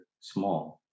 small